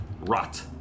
Rot